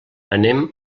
anem